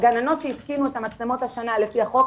הגננות שהתקינו השנה את המצלמות על פי החוק,